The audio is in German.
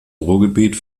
ruhrgebiet